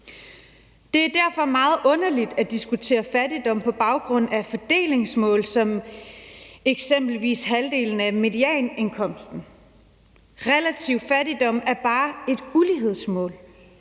Det er derfor meget underligt at diskutere fattigdom på baggrund af fordelingsmål som eksempelvis halvdelen af medianindkomsten. Relativ fattigdom er bare et mål